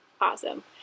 Awesome